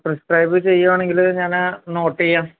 prescribe ചെയ്യുകയാണെങ്കില് ഞാന് note ചെയ്യാം